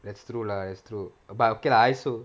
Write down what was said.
that's true lah it's true but okay lah I also